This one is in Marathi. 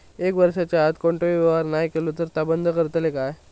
एक वर्षाच्या आत कोणतोही व्यवहार नाय केलो तर ता बंद करतले काय?